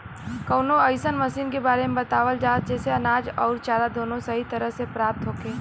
कवनो अइसन मशीन के बारे में बतावल जा जेसे अनाज अउर चारा दोनों सही तरह से प्राप्त होखे?